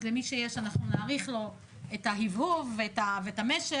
אז למי שיש אנחנו נאריך לו את ההבהוב ואת המשך,